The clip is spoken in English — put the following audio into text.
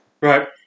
Right